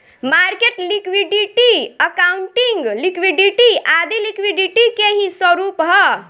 market liquidity, accounting liquidity आदी liquidity के ही स्वरूप है